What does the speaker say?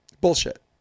Bullshit